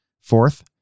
fourth